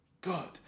God